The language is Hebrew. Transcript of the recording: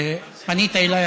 פנית אליי,